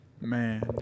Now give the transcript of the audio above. man